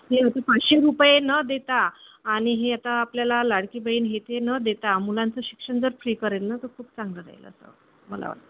हे असं पाचशे रुपये न देता आणि हे आता आपल्याला लाडकी बहीण हे ते न देता मुलांचं शिक्षण जर फ्री करेल ना तर खूप चांगलं राहील असं मला वाटतं